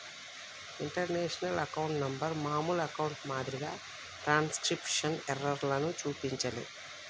international account number మామూలు అకౌంట్ల మాదిరిగా ట్రాన్స్క్రిప్షన్ ఎర్రర్లను చూపించలే